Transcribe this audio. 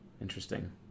interesting